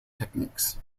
techniques